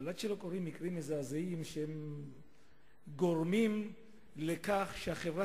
אבל עד שלא קורים מקרים מזעזעים שגורמים לכך שהחברה